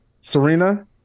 serena